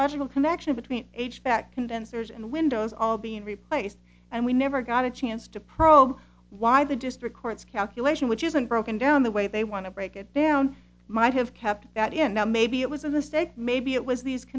logical connection between a check condensers and windows all being replaced and we never got a chance to probe why the district court's calculation which isn't broken down the way they want to break it down might have kept that in now maybe it was in the state maybe it was these